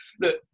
Look